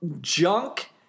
junk